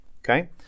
Okay